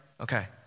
Okay